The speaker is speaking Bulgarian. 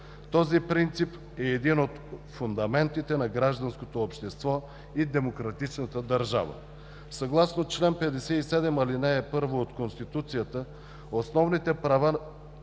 Този принцип е един от фундаментите на гражданското общество и демократичната държава. Съгласно чл. 57, ал. 1 от Конституцията основните права